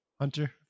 hunter